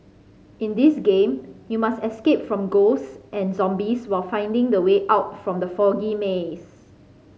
in this game you must escape from ghosts and zombies while finding the way out from the foggy maze